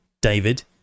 david